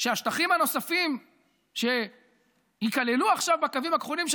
שהשטחים הנוספים שייכללו עכשיו בקווים הכחולים של